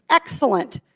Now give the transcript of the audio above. excellent.